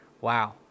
wow